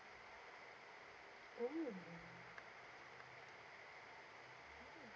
oh